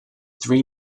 three